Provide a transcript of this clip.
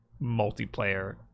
multiplayer